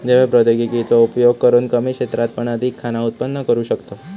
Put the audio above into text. जैव प्रौद्योगिकी चो उपयोग करून कमी क्षेत्रात पण अधिक खाना उत्पन्न करू शकताव